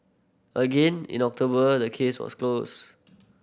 again in October the case was closed